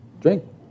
drink